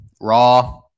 Raw